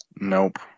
Nope